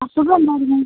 അസുഖം എന്തായിരുന്നു